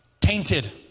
tainted